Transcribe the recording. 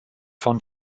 von